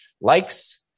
likes